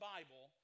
Bible